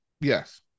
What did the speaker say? Yes